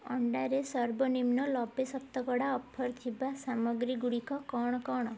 ଅଣ୍ଡାରେ ସର୍ବନିମ୍ନ ଲବେ ଶତକଡ଼ା ଅଫର୍ ଥିବା ସାମଗ୍ରୀ ଗୁଡ଼ିକ କ'ଣ କ'ଣ